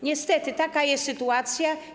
Niestety taka jest sytuacja.